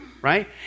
Right